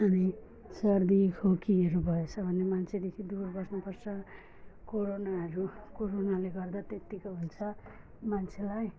अनि सर्दी खोकीहरू भएछ भने मान्छेदेखि दूर बस्नु पर्छ कोरोनाहरू कोरोनाले गर्दा त्यतिको हुन्छ मान्छेलाई